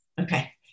Okay